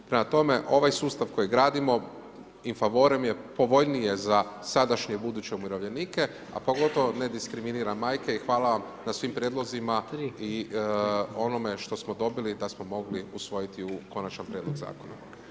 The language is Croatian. Prema tome, ovaj sustav koji gradimo in favorem je povoljnije za sadašnje i buduće umirovljenike a pogotovo ne diskriminira majke i hvala vam na svim prijedlozima i onome što smo dobili da smo mogli usvojiti u konačni prijedlog zakona.